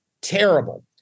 terrible